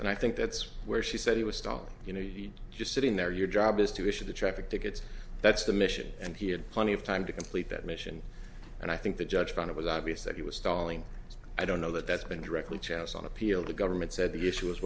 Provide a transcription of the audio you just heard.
and i think that's where she said he was stopped you know you're just sitting there your job is to issue the traffic tickets that's the mission and he had plenty of time to complete that mission and i think the judge found it was obvious that he was stalling i don't know that that's been directly chance on appeal the government said the issue is